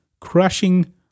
crushing